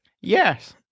Yes